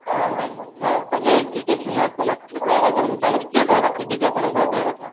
ହଁ ଭାଇ ହଁ ତାହେଲେ ଠିକ୍ ଅଛି ଆପଣଙ୍କ ଟୋଟାଲ୍ କହିବା କଥା ଅନୁଯାୟୀ ମୁଁ ଚାଳିଶ ପ୍ଲେଟ୍ ରଖିଦେବି ଆପଣଙ୍କ କହିବା କଥା